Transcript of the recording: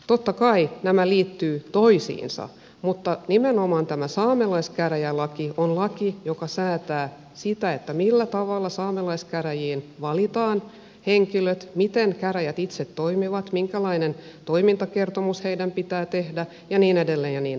totta kai nämä liittyvät toisiinsa mutta nimenomaan tämä saamelaiskäräjälaki on laki joka säätää sitä millä tavalla saamelaiskäräjiin valitaan henkilöt miten käräjät itse toimii minkälainen toimintakertomus heidän pitää tehdä ja niin edelleen ja niin edelleen